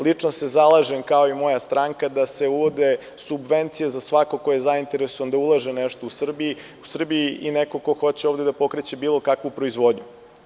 Lično se zalažem kao i moja stranka da se uvode subvencije za svakog ko je zainteresovan da ulaže nešto u Srbiji i neko ko hoće ovde da pokreće bilo kakvu proizvodnju.